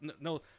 no